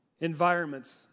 environments